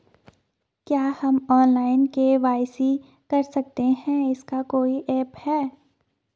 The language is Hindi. क्या हम ऑनलाइन के.वाई.सी कर सकते हैं इसका कोई ऐप है?